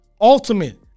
ultimate